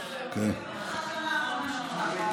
נקווה שזאת השנה האחרונה שלך.